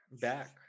back